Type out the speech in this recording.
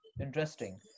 Interesting